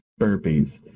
burpees